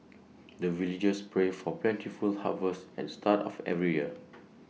the villagers pray for plentiful harvest at start of every year